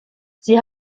sie